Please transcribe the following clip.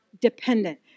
dependent